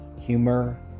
humor